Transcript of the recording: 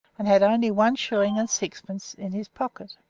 and had only one shilling and sixpence in his pocket,